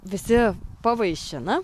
visi pavaišina